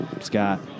Scott